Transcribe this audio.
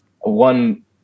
one